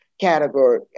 category